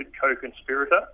co-conspirator